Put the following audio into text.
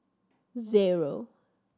zero